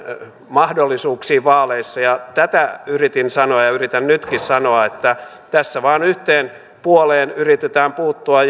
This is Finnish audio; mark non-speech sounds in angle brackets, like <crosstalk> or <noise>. mahdollisuuksiimme vaaleissa tätä yritin sanoa ja yritän nytkin sanoa että tässä vain yhteen puoleen yritetään puuttua <unintelligible>